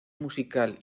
musical